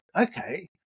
okay